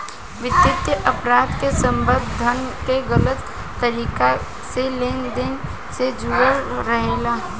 वित्तीय अपराध के संबंध धन के गलत तरीका से लेन देन से जुड़ल रहेला